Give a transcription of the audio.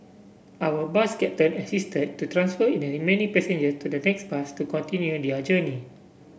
our bus captain assisted to transfer the remaining passenger to the next bus to continue their journey